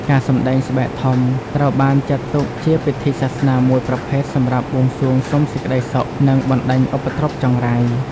ការសម្ដែងស្បែកធំត្រូវបានចាត់ទុកជាពិធីសាសនាមួយប្រភេទសម្រាប់បួងសួងសុំសេចក្ដីសុខ និងបណ្ដេញឧបទ្រពចង្រៃ។